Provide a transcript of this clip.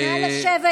נא לשבת.